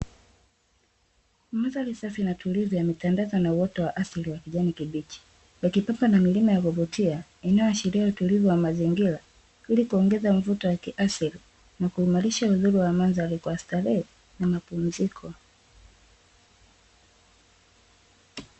Mandhari safi na tulivu yamependeza na uoto wa asili wa kijani kibichi, yakipata na milima ya kuvutia inayoashiria utulivu wa mazingira, ili kuongeza mvuto wa kiasili na kuimarisha uzuri wa mandhari, kwa starehe na mmapumziko.